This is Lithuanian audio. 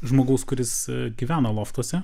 žmogaus kuris gyvena loftuose